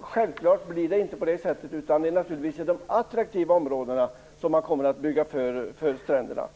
självklart är det inte så. Det är naturligtvis just i de attraktiva områdena som man kommer att bygga för stränderna.